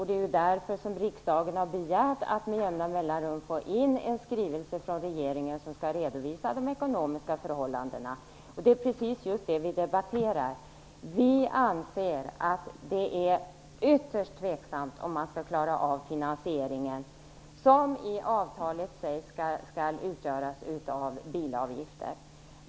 Det är därför som riksdagen har begärt att med jämna mellanrum få in en skrivelse från regeringen där man redovisar de ekonomiska förhållandena. Det är precis det vi debatterar. Vi anser att det är ytterst tveksamt om man kan klara av finansieringen, som enligt avtalet skall klaras med bilavgifter.